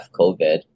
COVID